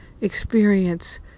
experience